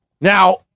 Now